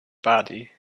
body